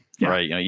right